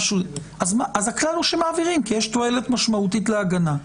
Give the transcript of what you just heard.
אז הכלל הוא שמעבירים כי יש תועלת משמעותית להגנה.